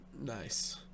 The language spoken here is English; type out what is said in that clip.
nice